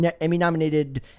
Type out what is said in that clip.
Emmy-nominated